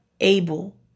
able